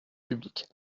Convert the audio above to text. public